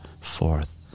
forth